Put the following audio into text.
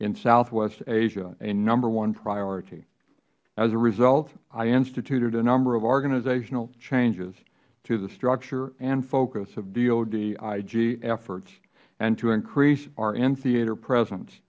in southwest asia a number one priority as a result i instituted a number of organizational changes to the structure and focus of dod ig efforts and to increase our in theater presen